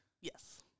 Yes